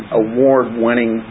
award-winning